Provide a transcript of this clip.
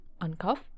uncuff